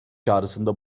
çağrısında